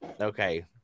okay